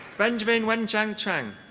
benjamin wenxiang chuang.